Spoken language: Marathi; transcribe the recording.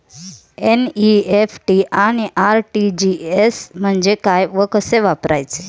एन.इ.एफ.टी आणि आर.टी.जी.एस म्हणजे काय व कसे वापरायचे?